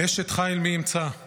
"אשת חיל מי ימצא";